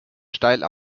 steil